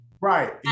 Right